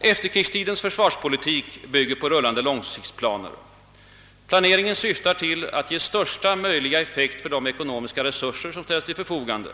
Efterkrigstidens försvarspolitik bygger på rullande långsiktsplaner, Planeringen syftar till att ge största möjliga effekt för de ekonomiska resurser som ställs till förfogande.